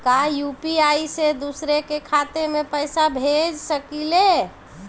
का यू.पी.आई से दूसरे के खाते में पैसा भेज सकी ले?